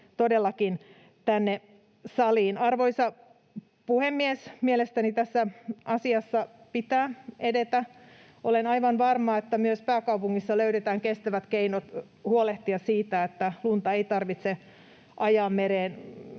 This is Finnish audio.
tänne saliin. Arvoisa puhemies! Mielestäni tässä asiassa pitää edetä. Olen aivan varma, että myös pääkaupungissa löydetään kestävät keinot huolehtia siitä, että lunta ei tarvitse ajaa mereen.